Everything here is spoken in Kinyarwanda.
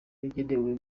yagenewe